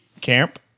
Camp